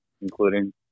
including